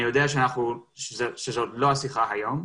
אני יודע שזאת לא השיחה היום,